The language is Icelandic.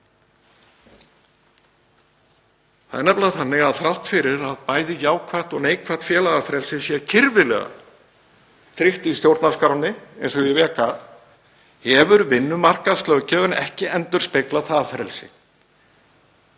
Það er nefnilega þannig að þrátt fyrir að bæði jákvætt og neikvætt félagafrelsi sé kirfilega tryggt í stjórnarskránni, eins og ég vék að, hefur vinnumarkaðslöggjöfin ekki endurspeglað það frelsi.